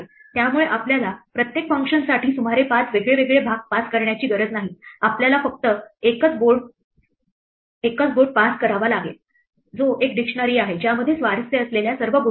त्यामुळे आपल्याला प्रत्येक फंक्शनसाठी सुमारे 5 वेगवेगळे भाग पास करण्याची गरज नाही आपल्याला फक्त एकच बोर्ड पास करावा लागेल जो एक डिक्शनरी आहे ज्यामध्ये स्वारस्य असलेल्या सर्व गोष्टी आहेत